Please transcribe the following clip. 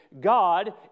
God